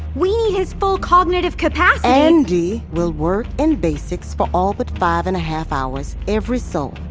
we need his full cognitive capacity! andi will work in basics for all but five and a half hours every sol.